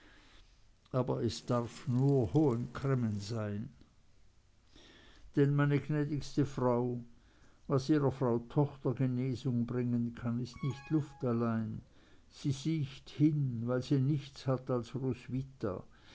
aber es darf nur hohen cremmen sein denn meine gnädigste frau was ihrer frau tochter genesung bringen kann ist nicht luft allein sie siecht hin weil sie nichts hat als roswitha